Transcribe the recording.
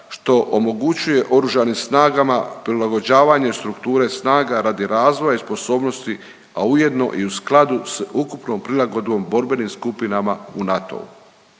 što omogućuje OSRH-u prilagođavanje strukture snaga radi razvoja i sposobnosti, a ujedno i u skladu s ukupnom prilagodbom borbenim skupinama u NATO-u.